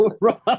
right